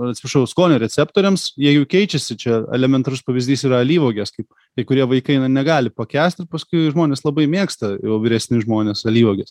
atsiprašau skonio receptoriams jie juk keičiasi čia elementarus pavyzdys yra alyvuogės kaip kai kurie vaikai na negali pakęst ir paskui žmonės labai mėgsta jau vyresni žmonės alyvuoges